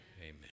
amen